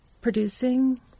producing